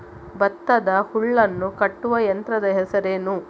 ಭತ್ತದ ಹುಲ್ಲನ್ನು ಕಟ್ಟುವ ಯಂತ್ರದ ಹೆಸರೇನು?